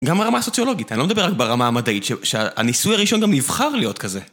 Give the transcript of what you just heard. גם ברמה הסוציולוגית, אני לא מדבר רק ברמה המדעית, שהניסוי הראשון גם נבחר להיות כזה.